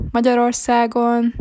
Magyarországon